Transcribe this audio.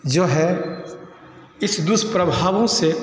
जो है इस दुष्प्रभावों से